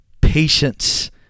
patience